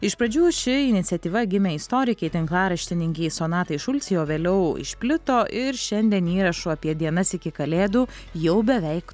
iš pradžių ši iniciatyva gimė istorikei tinklaraštininkei sonatai šulcei o vėliau išplito ir šiandien įrašų apie dienas iki kalėdų jau beveik